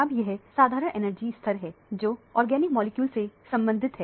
अब यह साधारण एनर्जी स्तर हैं जो ऑर्गेनिक मॉलिक्यूल से संबंधित है